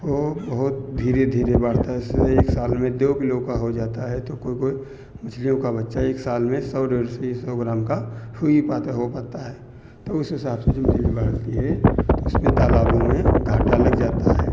वो बहुत धीरे धीरे बढ़ता है जैसे एक साल में दो किलो का हो जाता है तो कोई कोई मछलियों का बच्चा एक साल में सौ डेढ़ सौ या सौ ग्राम का हुई पाता हो पाता है तो उस हिसाब से जो मछली बढ़ती है तो उसमें तालाबों में घाटा लग जाता है